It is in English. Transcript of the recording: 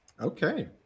Okay